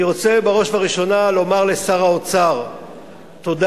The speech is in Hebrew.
אני רוצה בראש ובראשונה לומר לשר האוצר תודה.